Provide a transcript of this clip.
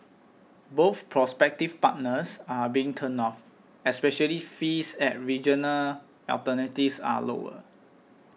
both prospective partners are being turned off especially fees at regional alternatives are lower